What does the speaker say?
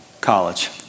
college